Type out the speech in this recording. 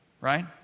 right